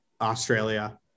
Australia